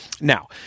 Now